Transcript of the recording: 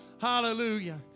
Hallelujah